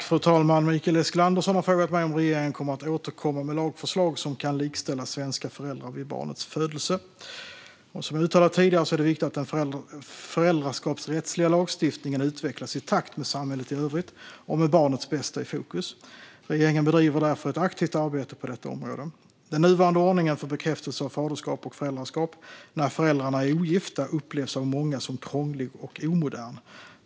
Fru talman! har frågat mig om regeringen kommer att återkomma med lagförslag som kan likställa svenska föräldrar vid barnets födelse. Som jag har uttalat tidigare är det viktigt att den föräldraskapsrättsliga lagstiftningen utvecklas i takt med samhället i övrigt och med barnets bästa i fokus. Regeringen bedriver därför ett aktivt arbete på detta område. Den nuvarande ordningen för bekräftelse av faderskap och föräldraskap när föräldrarna är ogifta upplevs av många som krånglig och omodern.